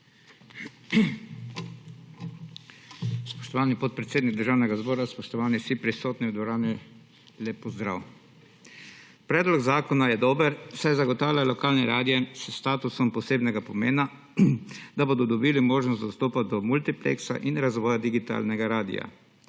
Spoštovani podpredsednik Državnega zbora, spoštovani vsi prisotni v dvorani, lep pozdrav! Predlog zakona je dober, saj zagotavlja lokalnim radiem s statusom posebnega pomena, da bodo dobili možnost dostopati do multipleksa in razvoja digitalnega radia.